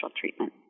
treatment